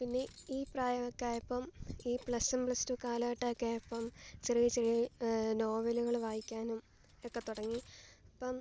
പിന്നെ ഈ പ്രായമൊക്കെ ആയപ്പം ഈ പ്ലസ് വണ് പ്ലസ് ടു കാലഘട്ടമൊക്കെ ആയപ്പം ചെറിയ ചെറിയ നോവലുകൾ വായിക്കാനും ഒക്കെ തുടങ്ങി ഇപ്പം